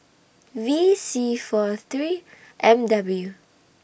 V C four three M W